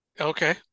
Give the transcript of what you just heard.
Okay